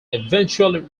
eventually